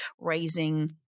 raising